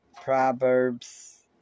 Proverbs